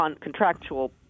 contractual